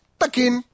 takin